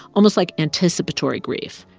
almost like anticipatory grief.